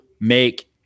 make